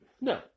No